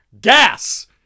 Gas